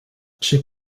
she